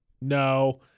no